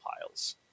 piles